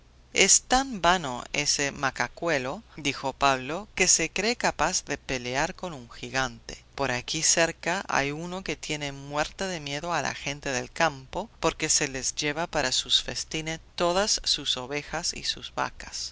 es tan vano ese macacuelo dijo pablo que se cree capaz de pelear con un gigante por aquí cerca hay uno que tiene muerta de miedo a la gente del campo porque se les lleva para sus festines todas sus ovejas y sus vacas